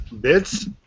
Bits